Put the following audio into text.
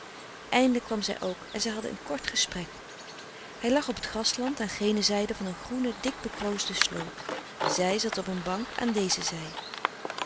eindelijk kwam zij ook en zij hadden een kort gesprek hij lag op t grasland aan gene zijde van een groene dik bekroosde sloot zij zat op een bank aan deze zij